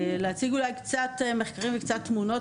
במצגת קצת מחקרים וקצת תמונות.